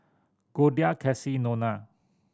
Goldia Kassie Nona